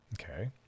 Okay